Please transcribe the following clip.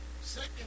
second